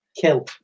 Kill